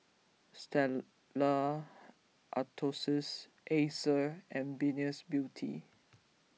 Stella Artois Acer and Venus Beauty